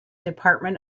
department